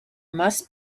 must